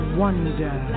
wonder